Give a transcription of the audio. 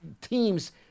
teams